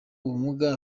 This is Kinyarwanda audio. ubumuga